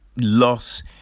loss